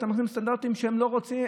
ואתה מכניס סטנדרטים שהם לא רוצים.